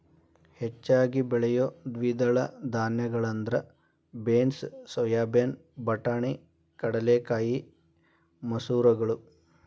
ಹೆಚ್ಚಾಗಿ ಬೆಳಿಯೋ ದ್ವಿದಳ ಧಾನ್ಯಗಳಂದ್ರ ಬೇನ್ಸ್, ಸೋಯಾಬೇನ್, ಬಟಾಣಿ, ಕಡಲೆಕಾಯಿ, ಮಸೂರಗಳು